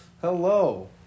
Hello